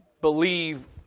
believe